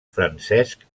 francesc